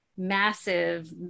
massive